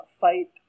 fight